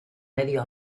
medio